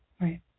Right